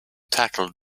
tackle